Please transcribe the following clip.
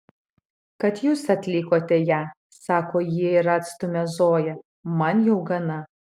kad jūs atlikote ją sako ji ir atstumia zoją man jau gana